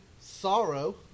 sorrow